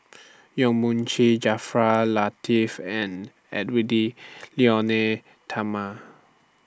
Yong Mun Chee Jaafar Latiff and Edwy Lyonet Talma